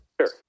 Sure